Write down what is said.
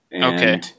Okay